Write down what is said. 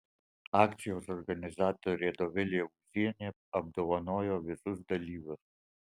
akcijos organizatorė dovilė ūzienė apdovanojo visus dalyvius